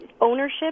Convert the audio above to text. ownership